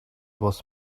was